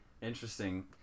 Interesting